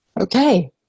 Okay